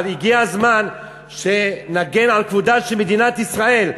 אבל הגיע הזמן שנגן על כבודה של מדינת ישראל,